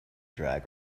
drag